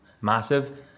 massive